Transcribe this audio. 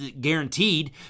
guaranteed